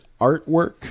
artwork